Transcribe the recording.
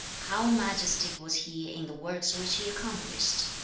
how majestic was he in the works which he accomplished!